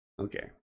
okay